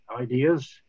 ideas